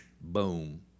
boom